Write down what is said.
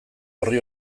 orri